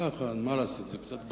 ככה, מה לעשות, זה קצת בנאלי,